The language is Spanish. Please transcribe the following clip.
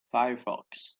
firefox